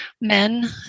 men